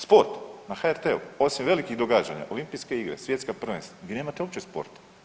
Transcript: Sport na HRT-u osim velikih događanja, Olimpijske igre, svjetska prvenstva, vi nemate uopće sporta.